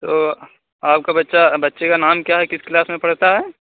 تو آپ کا بچہ بچے کا نام کیا ہے کس کلاس میں پڑھتا ہے